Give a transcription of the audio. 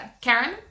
Karen